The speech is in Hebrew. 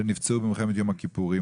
כאלה שנפצעו במלחמת יום הכיפורים,